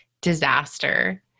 disaster